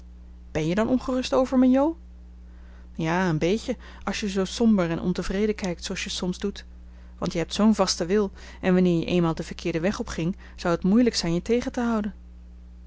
bèn je dan ongerust over me jo ja een beetje als je zoo somber en ontevreden kijkt zooals je soms doet want je hebt zoo'n vasten wil en wanneer je eenmaal den verkeerden weg opging zou het moeilijk zijn je tegen te houden